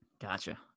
gotcha